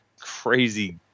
crazy